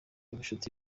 ubucuti